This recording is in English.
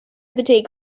hesitate